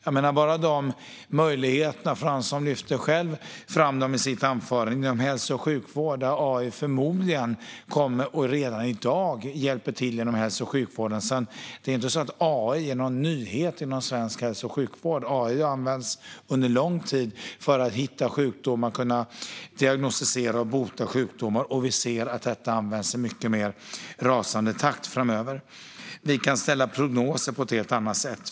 Josef Fransson lyfte själv i sitt anförande fram möjligheterna inom hälso och sjukvård. Där hjälper AI redan i dag till inom hälso och sjukvården. Det är inte så att AI är någon nyhet inom svensk hälso och sjukvård. AI har använts under lång tid för att hitta sjukdomar och för att kunna diagnostisera och bota sjukdomar. Vi ser att det kommer att användas i en mycket mer snabb takt framöver. Vi kan ställa prognoser på ett helt annat sätt.